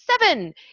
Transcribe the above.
Seven